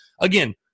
again